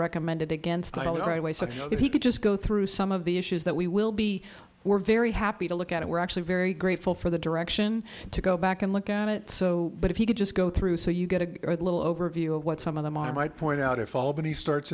recommended against the right way so if you could just go through some of the issues that we will be we're very happy to look at it we're actually very grateful for the direction to go back and look at it so but if you could just go through so you get a little overview of what some of them are might point out if all but he starts